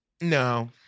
No